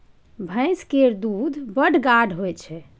भैंस केर दूध बड़ गाढ़ होइ छै